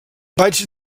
vaig